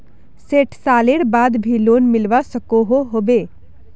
सैट सालेर बाद भी लोन मिलवा सकोहो होबे?